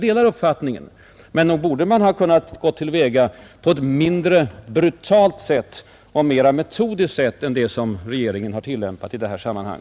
Men man borde ha kunnat gå till väga på ett mindre brutalt och mera metodiskt sätt än det som regeringen har tillämpat i detta sammanhang.